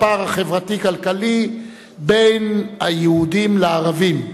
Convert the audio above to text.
הפער החברתי-כלכלי בין היהודים לערבים.